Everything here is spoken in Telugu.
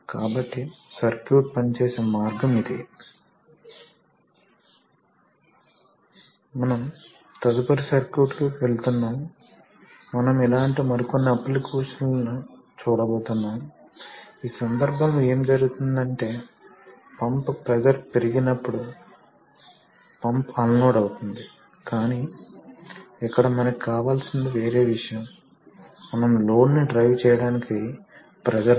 కాబట్టి ఈ భాగాన్ని లూబ్రికేట్ చేయడం ప్రధాన ప్రాముఖ్యత తద్వారా మృదువైన ఫ్రిక్షన్ లేని కదలిక జరుగుతుంది మరియు హైడ్రాలిక్స్ యొక్క పెద్ద ప్రయోజనాల్లో ద్రవం ఒకటి ఎలక్ట్రిక్ సిస్టం లలో మరియు న్యూమాటిక్ సిస్టం లలో తరచుగా అవసరమయ్యే అదనపు లూబ్రికేషన్ ఇందులో అవసరం లేదు